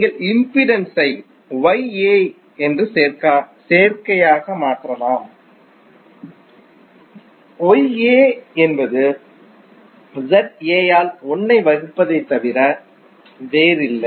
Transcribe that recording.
நீங்கள் இம்பிடென்ஸ் ஐ என்று சேர்க்கையாக மாற்றலாம் என்பது ஆல் 1 வகுப்பதைத் தவிர வேறில்லை